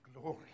glory